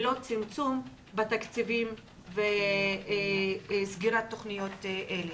ולא צמצום בתקציבים וסגירת תכניות אלה.